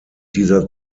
dieser